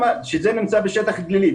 שזה נמצא בשטח גלילי.